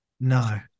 No